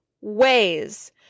ways